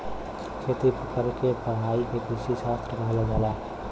खेती करे क पढ़ाई के कृषिशास्त्र कहल जाला